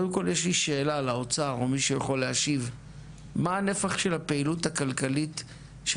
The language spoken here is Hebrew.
יש לי שאלה לאוצר: מה נפח הפעילות הכלכלית של